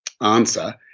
answer